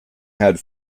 had